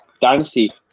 dynasty